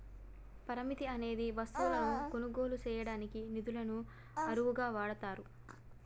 పరపతి అనేది వస్తువులను కొనుగోలు చేయడానికి నిధులను అరువుగా వాడతారు